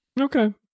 Okay